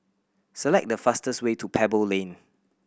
select the fastest way to Pebble Lane